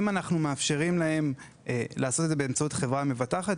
אם אנחנו מאפשרים להם לעשות את זה באמצעות חברה מבטחת,